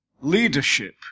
leadership